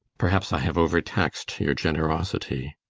perhaps i have overtaxed your generosity.